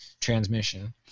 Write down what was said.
transmission